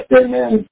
amen